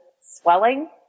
swelling